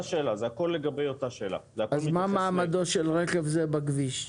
מה מעמדו של רכב זה בכביש?